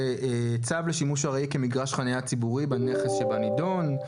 זה צו לשימוש ארעי כמגרש חנייה בנכס שבנידון,